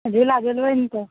झुला झुलबै नहि तऽ